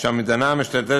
שהמדינה משתתפת